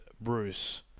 Bruce